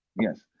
Yes